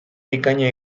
bikaina